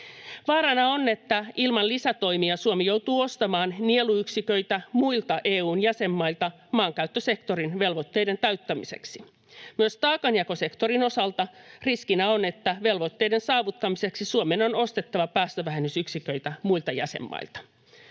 Vaarana on, että ilman lisätoimia Suomi joutuu ostamaan nieluyksiköitä muilta EU:n jäsenmailta maankäyttösektorin velvoitteiden täyttämiseksi. Myös taakanjakosektorin osalta riskinä on, että velvoitteiden saavuttamiseksi Suomen on ostettava päästövähennysyksiköitä muilta jäsenmailta.